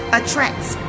attracts